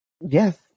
Yes